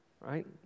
right